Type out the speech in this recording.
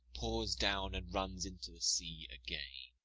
pours down, and runs into the sea again.